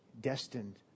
destined